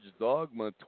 dogma